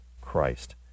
Christ